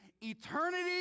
eternity